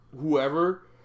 whoever